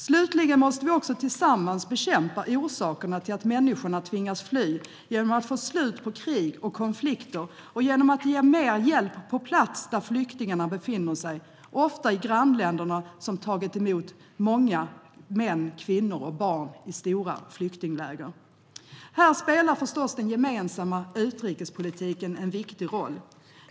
Slutligen måste vi också tillsammans bekämpa orsakerna till att människor tvingas fly genom att få slut på krig och konflikter och genom att ge mer hjälp på plats där flyktingarna befinner sig. Ofta är det i grannländerna, som tagit emot många män, kvinnor och barn i stora flyktingläger. Här spelar förstås den gemensamma utrikespolitiken en viktig roll.